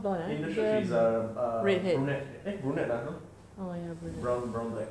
in the show she's a a brunette eh brunette ah no brown brown black